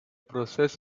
process